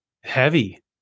heavy